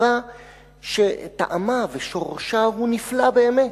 מצווה שטעמה ושורשה הוא נפלא באמת,